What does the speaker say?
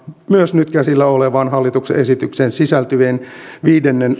myös nyt käsillä olevaan hallituksen esitykseen sisältyviä viidennen